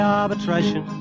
arbitration